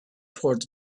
towards